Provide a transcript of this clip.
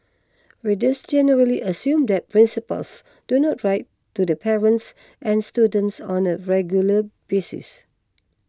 readers generally assume that principals do not write to the parents and students on a regular basis